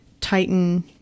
Titan